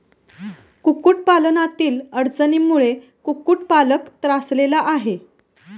कुक्कुटपालनातील अडचणींमुळे कुक्कुटपालक त्रासलेला आहे